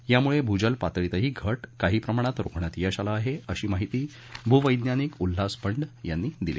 यामुळे भूजल पातळीतली घट काही प्रमाणात रोखण्यात यश आलं आहे अशी माहिती भूवैज्ञानिक उल्हास बंड यांनी दिली